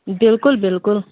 بلکُل بلکُل